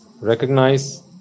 recognize